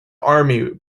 army